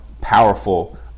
powerful